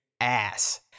ass